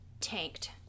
tanked